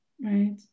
Right